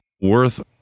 Worth